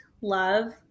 love